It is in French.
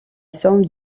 somme